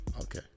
Okay